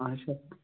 آچھا